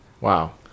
wow